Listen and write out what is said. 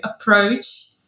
approach